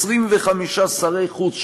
25 שרי חוץ,